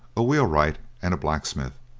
a wheelwright, and a blacksmith.